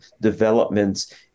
developments